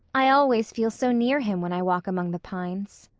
i always feel so near him when i walk among the pines.